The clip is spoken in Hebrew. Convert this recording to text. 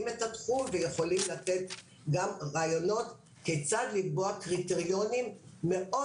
את התחום ויכולים לתת גם רעיונות כיצד לקבוע קריטריונים מאוד